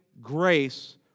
grace